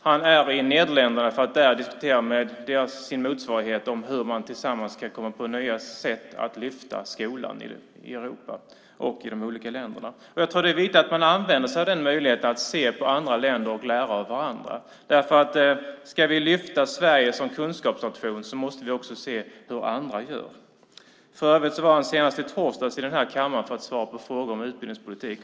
Han är i Nederländerna för att där diskutera med sin motsvarighet om hur man tillsammans kan komma på nya sätt att lyfta upp skolan i Europa och i de olika länderna. Jag tror att det är viktigt att man använder sig av den möjligheten att se på andra länder och lära av varandra. Ska vi lyfta upp Sverige som kunskapsnation måste vi också se hur andra gör. För övrigt var han senast i torsdags här i kammaren för att svara på frågor om utbildningspolitik.